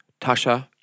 Tasha